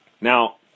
Now